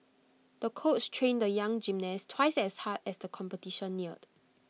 the coach trained the young gymnast twice as hard as the competition neared